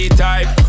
type